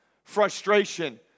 frustration